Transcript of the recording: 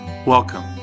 Welcome